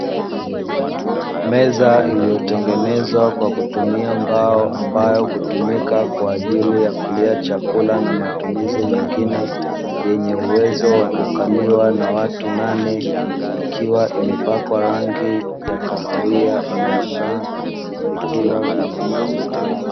Meza iliyotengenezwa kwa kutumia mbao, ambayo hutumika kwaajili ya kulia chakula na matumizi mengine; yenye uwezo wa kukaliwa na watu nane, ikiwa imepakwa rangi ya kahawia inayong'aa vikiwa vinauzwa.